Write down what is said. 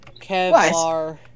Kevlar